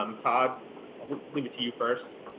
um todd leave it to you first.